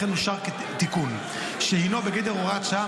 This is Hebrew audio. וכן אושר תיקון שהינו בגדר הוראת שעה,